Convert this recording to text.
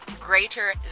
greater